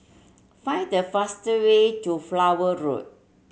find the faster way to Flower Road